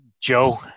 Joe